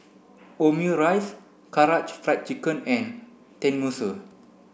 Omurice Karaage Fried Chicken and Tenmusu